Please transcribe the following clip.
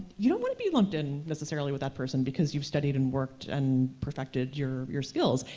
you don't want to be lumped in, necessarily, with that person, because you've studied and worked and perfected your your skills.